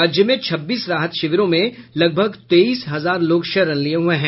राज्य में छब्बीस राहत शिविरों में लगभग तेईस हजार लोग शरण लिये हुए हैं